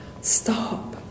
stop